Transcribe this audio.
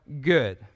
good